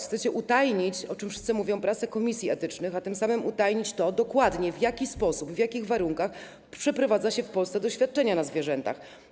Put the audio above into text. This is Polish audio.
Chcecie utajnić, o czym wszyscy mówią, pracę komisji etycznych, a tym samym utajnić to, dokładnie w jaki sposób, w jakich warunkach przeprowadza się w Polsce doświadczenia na zwierzętach.